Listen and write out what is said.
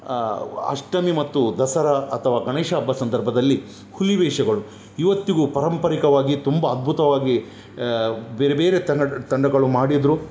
ಅಷ್ಟಮಿ ಮತ್ತು ದಸರಾ ಅಥವಾ ಗಣೇಶ ಅಬ್ಬ ಸಂದರ್ಭದಲ್ಲಿ ಹುಲಿ ವೇಷಗಳು ಇವತ್ತಿಗೂ ಪಾರಂಪರಿಕವಾಗಿ ತುಂಬ ಅದ್ಭುತವಾಗಿ ಬೇರೆ ಬೇರೇ ತಂಡಗಳು ಮಾಡಿದರು